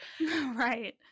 Right